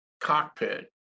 cockpit